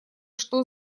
что